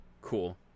cool